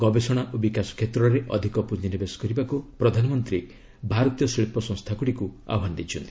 ଗବେଷଣା ଓ ବିକାଶ କ୍ଷେତ୍ରରେ ଅଧିକ ପୁଞ୍ଜିନିବେଶ କରିବାକୁ ପ୍ରଧାନମନ୍ତ୍ରୀ ଭାରତୀୟ ଶିଳ୍ପ ସଂସ୍ଥାଗୁଡ଼ିକୁ ଆହ୍ୱାନ ଦେଇଛନ୍ତି